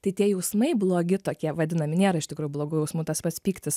tai tie jausmai blogi tokie vadinami nėra iš tikro blogų jausmų tas pats pyktis